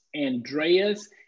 Andreas